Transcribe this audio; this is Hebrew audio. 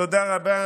תודה רבה.